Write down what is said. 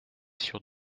sûr